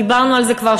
דיברנו על זה כבר.